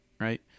right